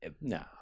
No